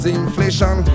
inflation